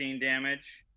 damage